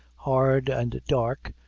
hard, and dark,